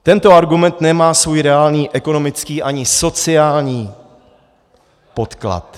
Tento argument nemá svůj reálný ekonomický ani sociální podklad.